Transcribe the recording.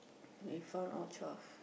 we found all twelve